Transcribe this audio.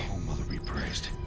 all-mother be praised.